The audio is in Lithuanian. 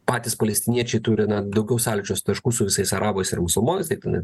patys palestiniečiai turi daugiau sąlyčios taškų su visais arabais ir musulmonais tai tenai